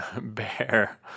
bear